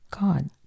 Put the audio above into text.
God